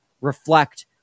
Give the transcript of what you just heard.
reflect